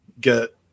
get